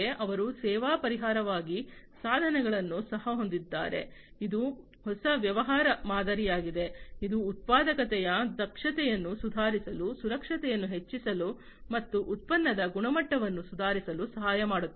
ಅವರು ಸೇವಾ ಪರಿಹಾರವಾಗಿ ಸಾಧನಗಳನ್ನು ಸಹ ಹೊಂದಿದ್ದಾರೆ ಇದು ಹೊಸ ವ್ಯವಹಾರ ಮಾದರಿಯಾಗಿದೆ ಇದು ಉತ್ಪಾದಕತೆಯ ದಕ್ಷತೆಯನ್ನು ಸುಧಾರಿಸಲು ಸುರಕ್ಷತೆಯನ್ನು ಹೆಚ್ಚಿಸಲು ಮತ್ತು ಉತ್ಪನ್ನದ ಗುಣಮಟ್ಟವನ್ನು ಸುಧಾರಿಸಲು ಸಹಾಯ ಮಾಡುತ್ತದೆ